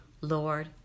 Lord